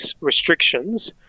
restrictions